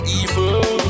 evil